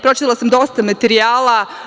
Pročitala sam dosta materijala.